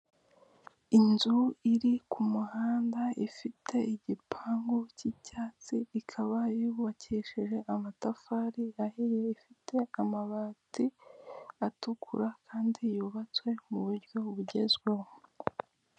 Inzu iri ku muhanda ifite igipangu cyi'icyatsi ikaba yubakisheje amatafari ahiye ifite amabati atukura kandi yubatswe mu buryo bugezweho.